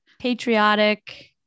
patriotic